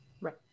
Right